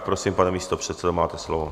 Prosím, pane místopředsedo, máte slovo.